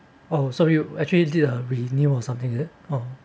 oh so you actually did a renewed or something it